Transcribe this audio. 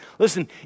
Listen